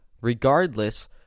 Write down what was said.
Regardless